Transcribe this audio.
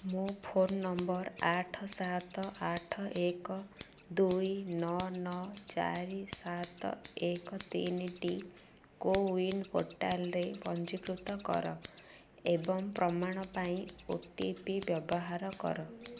ମୋ ଫୋନ ନମ୍ବର ଆଠ ସାତ ଆଠ ଏକ ଦୁଇ ନଅ ନଅ ଚାରି ସାତ ଏକ ତିନିଟି କୋୱିନ୍ ପୋର୍ଟାଲ୍ରେ ପଞ୍ଜୀକୃତ କର ଏବଂ ପ୍ରମାଣ ପାଇଁ ଓ ଟି ପି ବ୍ୟବହାର କର